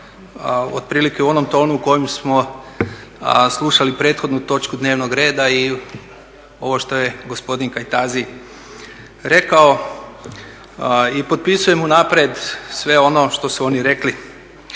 u onom tonu u kojem smo slušali prethodnu točku dnevnog reda i ovo što je gospodin Kajtazi rekao, i potpisujem unaprijed sve ono što su oni rekli.